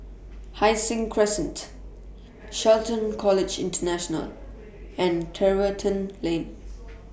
Hai Sing Crescent Shelton College International and Tiverton Lane